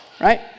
right